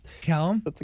Callum